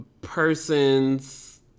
persons